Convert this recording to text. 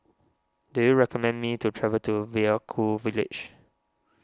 do you recommend me to travel to Vaiaku Village